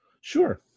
Sure